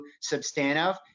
substantive